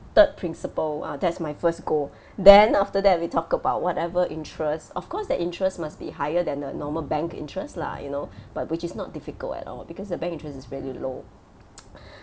~ted principle ah that's my first goal then after that we talk about whatever interest of course the interest must be higher than the normal bank interest lah you know but which is not difficult at all because the bank interest is really low